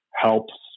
helps